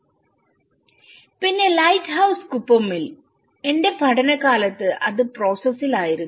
പിന്നെ ലൈറ്റ്ഹൌസ് കുപ്പമിൽഎന്റെ പഠനകാലത്ത് അത് പ്രോസസ്സിൽ ആയിരുന്നു